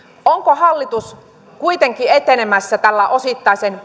onko hallitus kuitenkin etenemässä tällä osittaisen